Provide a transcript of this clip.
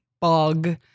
bug